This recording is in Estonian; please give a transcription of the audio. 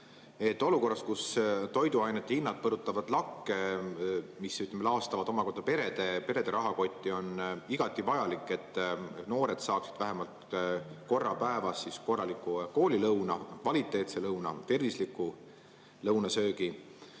Olukorras, kus toiduainete hinnad põrutavad lakke, laastates perede rahakotti, on igati vajalik, et noored saaksid vähemalt korra päevas korraliku koolilõuna, kvaliteetse lõuna, tervisliku lõunasöögi.